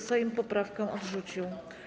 Sejm poprawkę odrzucił.